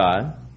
God